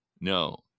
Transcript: No